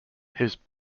his